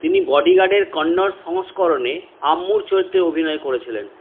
তিনি বডিগার্ডের কন্নড় সংস্করণে আম্মুর চরিত্রে অভিনয় করেছিলেন